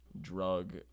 drug